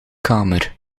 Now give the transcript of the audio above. kamer